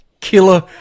killer